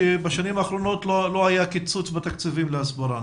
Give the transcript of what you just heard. שבשנים האחרונות לא היה קיצוץ בתקציבים להסברה,